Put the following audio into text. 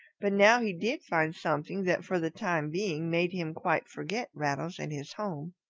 but now he did find something that for the time being made him quite forget rattles and his home.